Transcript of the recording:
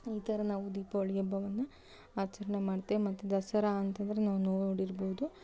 ಈ ಥರ ನಾವು ದೀಪಾವಳಿ ಹಬ್ಬವನ್ನ ಆಚರಣೆ ಮಾಡ್ತೀವಿ ಮತ್ತು ದಸರಾ ಅಂತಂದರೆ ನಾವು ನೋಡಿರ್ಬೋದು